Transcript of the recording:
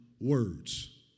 Words